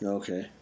okay